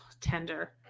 tender